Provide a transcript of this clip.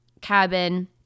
cabin